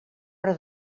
hora